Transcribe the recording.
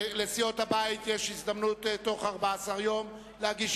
לסיעות הבית יש הזדמנות תוך 14 יום להגיש